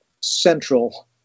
central